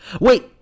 Wait